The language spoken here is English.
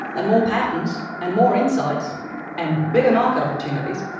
and more patterns, and more insights and bigger market opportunities,